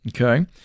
Okay